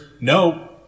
no